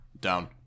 Down